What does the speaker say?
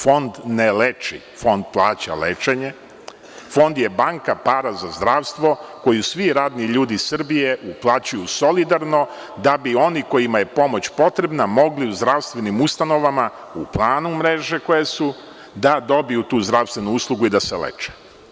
Fond ne leči, Fond plaća lečenje, Fond je banka para za zdravstvo koju svi radni ljudi iz Srbije uplaćuju solidarno da bi oni kojima je pomoć potrebna mogli u zdravstvenim ustanovama, u planu mreže koje su da dobiju tu zdravstvenu uslugu i da se leče.